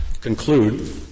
conclude